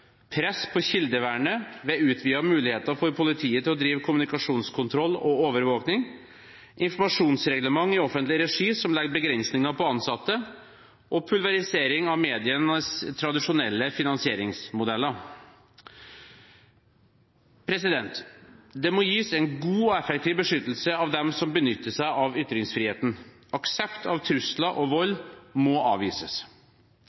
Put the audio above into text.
press på kildevernet ved utvidede muligheter for politiet til å drive kommunikasjonskontroll og overvåkning, informasjonsreglement i offentlig regi som legger begrensninger på ansatte, og pulverisering av medienes tradisjonelle finansieringsmodeller. Det må gis en god og effektiv beskyttelse av dem som benytter seg av ytringsfriheten. Aksept av trusler og vold må avvises.